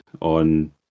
on